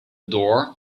door